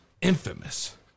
infamous